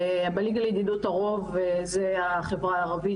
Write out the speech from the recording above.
ב'ליגה לידידות' הרוב זה החברה הערבית,